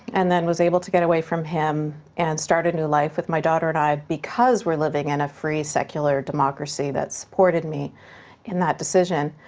and then was able to get away from him and start a new life with my daughter and i because we're living in a free, secular democracy that supported me in that decision.